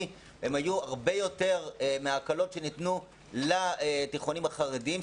היו הרבה יותר מההקלות שניתנו לתיכונים החרדיים,